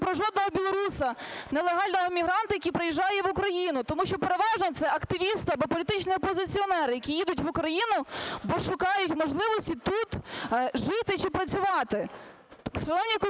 про жодного білоруса - нелегального мігранта, який приїжджає в Україну, тому що переважно це активісти або політичні опозиціонери, які їдуть в Україну, бо шукають можливості тут жити чи працювати.